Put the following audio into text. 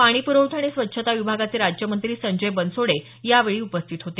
पाणीप्रवठा आणि स्वच्छता विभागाचे राज्यमंत्री संजय बनसोडे यावेळी उपस्थित होते